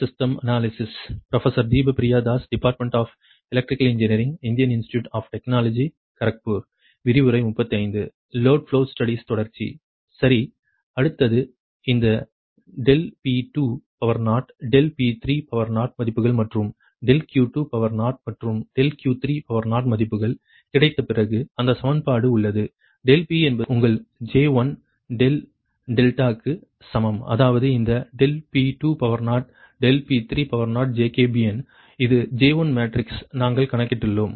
சரி அடுத்தது இந்த ∆P20 ∆P30 மதிப்புகள் மற்றும் ∆Q20 மற்றும் ∆Q30 மதிப்புகள் கிடைத்த பிறகு அந்த சமன்பாடு உள்ளது ∆P என்பது உங்கள் J1∆δ க்கு சமம் அதாவது இந்த ∆P20 ∆P30 ஜெகோபியன் இது J1 மேட்ரிக்ஸ் நாங்கள் கணக்கிட்டுள்ளோம்